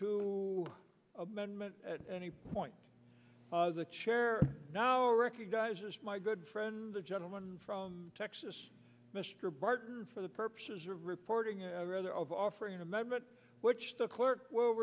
to at any point the chair now recognizes my good friend the gentleman from texas mr barton for the purposes of reporting there of offering a member which the clerk will